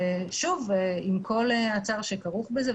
עם כל הצער שכרוך בזה,